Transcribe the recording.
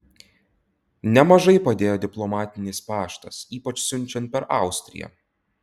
nemažai padėjo diplomatinis paštas ypač siunčiant per austriją